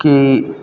कि